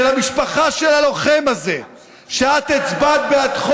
חוק הלאום שאתה חתום עליו בקדימה?